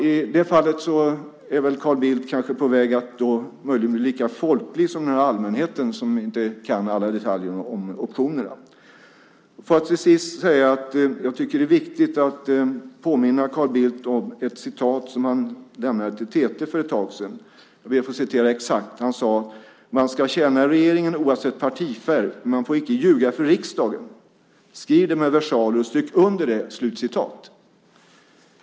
I det fallet är väl Carl Bildt kanske på väg att bli lika folklig som den här allmänheten som inte kan alla detaljer om optionerna. Får jag till sist säga att jag tycker att det är viktigt att påminna Carl Bildt om ett uttalande som han gjorde till TT för ett tag sedan. Han sade: "Man ska tjäna regeringen oavsett partifärg men man får icke ljuga för riksdagen. Skriv det med versaler och stryk under det."